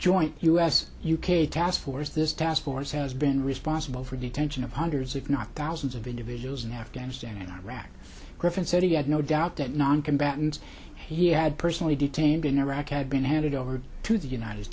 joint u s u k task force this task force has been responsible for detention of hundreds if not thousands of individuals in afghanistan and iraq griffin said he had no doubt that noncombatants he had personally detained in iraq had been handed over to the united